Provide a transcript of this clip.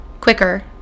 quicker